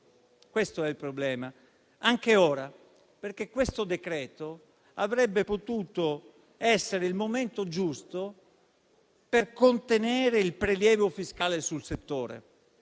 (questo è il problema), anche ora, perché questo decreto avrebbe potuto essere il momento giusto per contenere il prelievo fiscale sul settore,